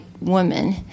woman